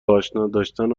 آشناداشتن